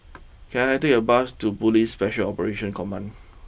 can I take a bus to police special Operations Command